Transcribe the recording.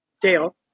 Dale